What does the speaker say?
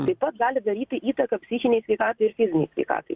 taip pat gali daryti įtaką psichinei sveikatai ir fizinei sveikatai